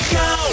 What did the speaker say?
go